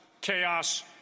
chaos